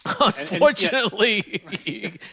unfortunately